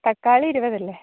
തക്കാളി ഇരുപത് അല്ലെ